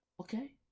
Okay